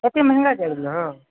एतेक महँगा कऽ देलहक